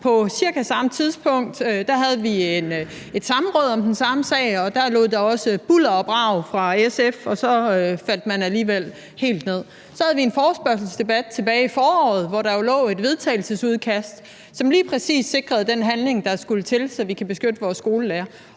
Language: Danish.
På cirka samme tidspunkt havde vi et samråd om den samme sag, og der lød der også bulder og brag fra SF – og så faldt man alligevel helt ned. Så havde vi en forespørgselsdebat tilbage i foråret, hvor der jo lå et udkast til en vedtagelsestekst, som lige præcis sikrede den handling, der skulle til, så vi kan beskytte skolelærerne.